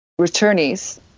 returnees